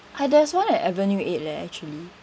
ah there's one at avenue eight leh actually